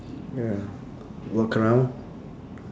ya walk around